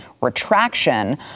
retraction